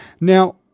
Now